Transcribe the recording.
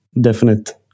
definite